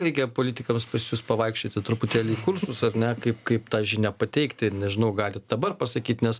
reikia politikams pas jus pavaikščioti truputėlį į kursus ar ne kaip kaip tą žinią pateikti nežinau galit dabar pasakyt nes